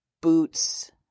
Boots